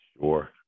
Sure